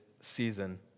season